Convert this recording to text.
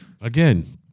Again